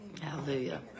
Hallelujah